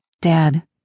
Dad